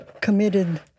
committed